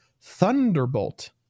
Thunderbolt